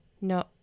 No